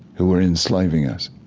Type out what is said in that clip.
who were enslaving us,